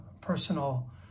personal